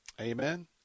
Amen